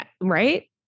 right